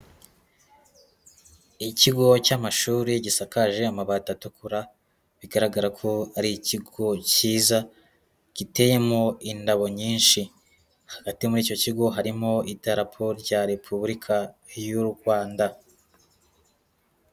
Ikigo cy'amashuri gisakaje amabati atukura, bigaragara ko ari ikigo cyiza giteyemo indabo nyinshi, hagati muri icyo kigo harimo Idarapo rya Repubulika y'u Rwanda.